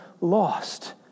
lost